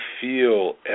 feel